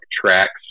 tracks